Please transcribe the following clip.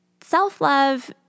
Self-love